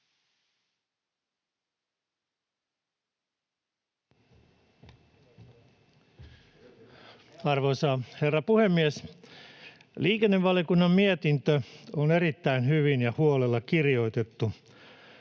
Arvoisa herra puhemies! Liikennevaliokunnan mietintö on erittäin hyvin ja huolella kirjoitettu.